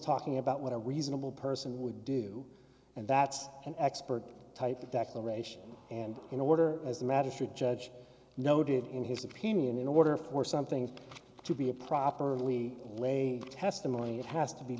talking about what a reasonable person would do and that's an expert type of declaration and in order as the magistrate judge noted in his opinion in order for something to be a properly lay testimony it has to be